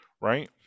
right